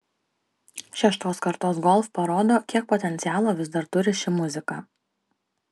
šeštos kartos golf parodo kiek potencialo vis dar turi ši muzika